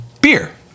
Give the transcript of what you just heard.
beer